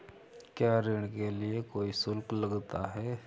क्या ऋण के लिए कोई शुल्क लगता है?